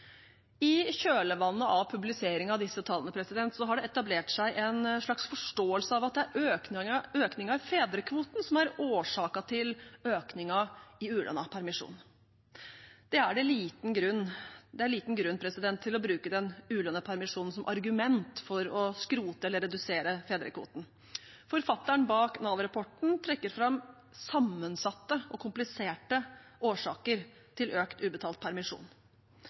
I kjølvannet av publisering av disse tallene har det etablert seg en slags forståelse av at det er økningen av fedrekvoten som er årsaken til økningen i ulønnet permisjon. Det er liten grunn til å bruke den ulønnet permisjonen som argument for å skrote eller redusere fedrekvoten. Forfatteren bak Nav-rapporten trekker fram sammensatte og kompliserte årsaker til økt ubetalt permisjon.